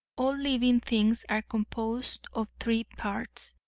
all living things are composed of three parts,